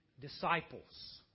disciples